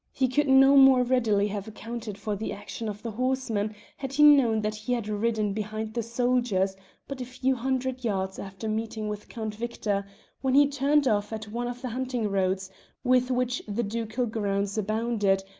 he could no more readily have accounted for the action of the horseman had he known that he had ridden behind the soldiers but a few hundred yards after meeting with count victor when he turned off at one of the hunting-roads with which the ducal grounds abounded,